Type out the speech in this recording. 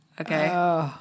Okay